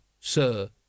sir